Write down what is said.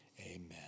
Amen